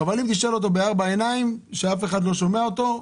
אבל אם תשאל אותו בארבע עיניים כשאף אחד לא שומע אותו,